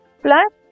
plus